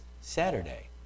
Saturday